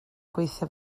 gweithio